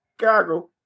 Chicago